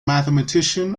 mathematician